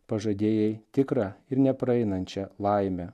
pažadėjai tikrą ir nepraeinančią laimę